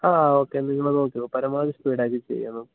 ആ ഓക്കെ നിങ്ങളത് നോക്കിക്കോ പരമാവധി സ്പീഡ് ആക്കി ചെയ്യണം